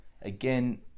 again